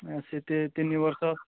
ସେ ତିନି ବର୍ଷ